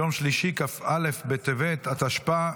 יום שלישי כ"א בטבת התשפ"ה,